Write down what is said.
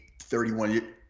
31